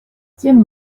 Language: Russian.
тем